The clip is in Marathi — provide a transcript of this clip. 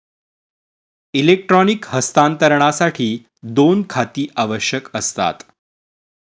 इलेक्ट्रॉनिक हस्तांतरणासाठी दोन खाती आवश्यक असतात